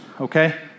okay